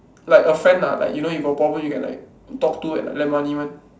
like a friend ah like you know you got problem you can like talk to and like lend money [one]